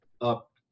up